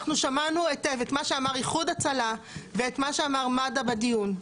אנחנו שמענו את מה שאמר איחוד הצלה ואת מה שאמר מד"א בדיון.